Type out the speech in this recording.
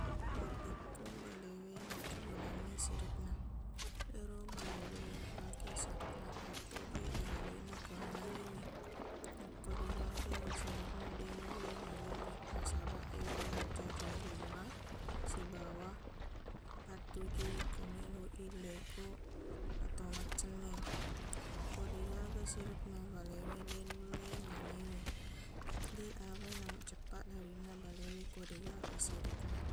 Mappekko balewe nakkegunangngi siripna ero balewe napake siripna pattujuwi alalena ko nangewi yakko deqgaga ero siripna deq nulle nangewe nasabaq ero macanji lima sibawa pattujuwi ko meloq i lekoq ato maccenneq ko deqgaga siripna balewe deq nulle nangewe deq aga namaceppaq larinna balewe ko deqgaga siripna